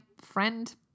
friend